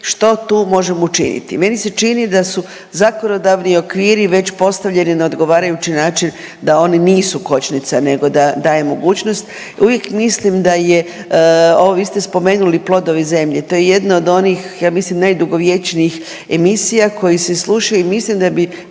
što tu možemo učiniti? Meni se čini da su zakonodavni okviri već postavljeni na odgovarajući način da oni nisu kočnica nego da daje mogućnost i uvijek mislim da je vi ste spomenuli „Plodovi zemlje“, to je jedna od onih ja mislim najdugovječnijih emisija koje se slušaju i mislim da bi